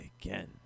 again